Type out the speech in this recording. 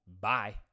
Bye